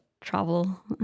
travel